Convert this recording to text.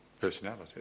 personality